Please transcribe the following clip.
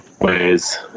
ways